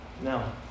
No